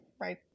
right